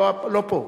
לא פה.